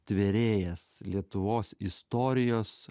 tvėrėjas lietuvos istorijos